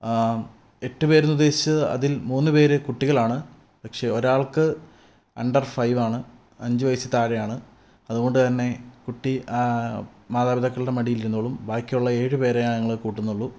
എട്ട് പേരെന്നുദ്ദേശിച്ചത് അതിൽ മൂന്ന്പേര് കുട്ടികളാണ് പക്ഷേ ഒരാൾക്ക് അണ്ടർ ഫൈവ് ആണ് അഞ്ച് വയസ്സിൽ താഴെയാണ് അതുകൊണ്ട് തന്നെ കുട്ടി മാതാപിതാക്കളുടെ മടിയിൽ ഇരുന്നോളും ബക്കിയുള്ള ഏഴ് പേരെയാണ് ഞങ്ങൾ കൂട്ടുന്നുള്ളു